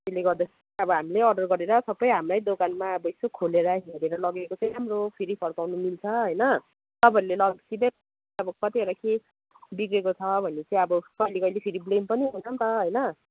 त्यसले गर्दाखेरि चाहिँ अब हामीले अर्डर गरेर सबै हाम्रै दोकानमा अब यसो खोलेर हेरेर लगेको चाहिँ राम्रो फेरि फर्काउन मिल्छ होइन तपाईँहरूले लगेपछि चाहिँ अब कतिवटा के बिग्रेको छ भने चाहिँ अब कहिले कहिले फेरि प्रब्लम पनि हुन्छ नि त होइन